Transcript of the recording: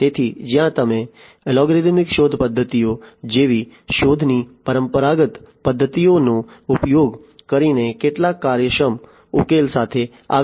તેથી જ્યાં તમે અલ્ગોરિધમિક શોધ પદ્ધતિઓ જેવી શોધની પરંપરાગત પદ્ધતિઓનો ઉપયોગ કરીને કેટલાક કાર્યક્ષમ ઉકેલ સાથે આવી શકતા નથી